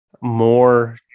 more